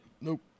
Nope